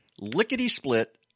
lickety-split